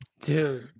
Dude